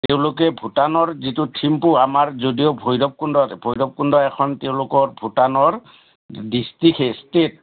তেওঁলোকে ভূটানৰ যিটো থিম্পু আমাৰ যদিও ভৈৰৱকুণ্ড আছে ভৈৰৱকুণ্ড এখন তেওঁলোকৰ ভূটানৰ ডিষ্ট্ৰিক্ট সেই ষ্টেট